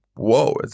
whoa